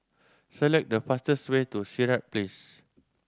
select the fastest way to Sirat Place